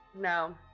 no